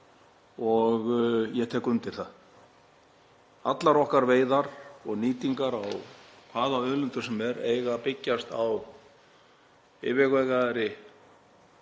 Ég tek undir það. Allar okkar veiðar og nýting á hvaða auðlind sem er á að byggjast á yfirvegaðri